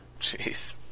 Jeez